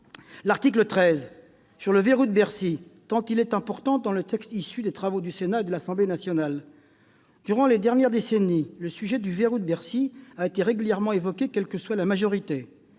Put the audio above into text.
l'article 13, relatif au verrou de Bercy, tant il tient une place importante dans le texte issu des travaux du Sénat et de l'Assemblée nationale. Durant les dernières décennies, le sujet du verrou de Bercy a été régulièrement évoqué, quelle que soit la majorité